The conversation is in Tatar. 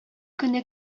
көне